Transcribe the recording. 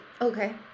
Okay